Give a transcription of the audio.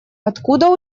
откуда